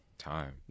time